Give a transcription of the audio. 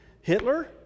Hitler